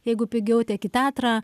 jeigu pigiau tiek į teatrą